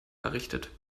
errichtet